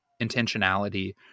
intentionality